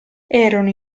erano